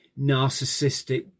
narcissistic